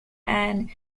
and